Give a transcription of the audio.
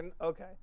Okay